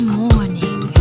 morning